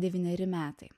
devyneri metai